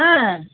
হ্যাঁ